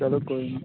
चलो कोई निं